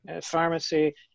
pharmacy